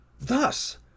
Thus